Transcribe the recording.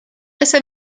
ese